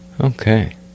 Okay